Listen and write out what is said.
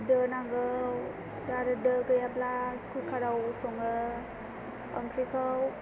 दो नांगौ आरो दो गैयाब्ला कुकाराव सङाे ओंख्रिखौ